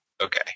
Okay